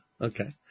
Okay